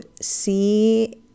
see